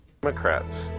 Democrats